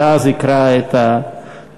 ואז יקרא את השאילתה.